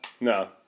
No